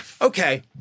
Okay